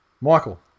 Michael